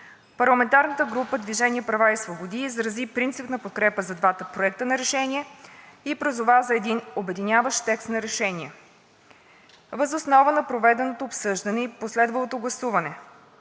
Парламентарната група „Движение за права и свободи“ изрази принципна подкрепа и за двата проекта на решение и призова за един обединяващ двата проекта текст на решение. Въз основа на проведеното обсъждане и последвалото гласуване: